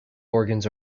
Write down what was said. organs